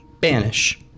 Banish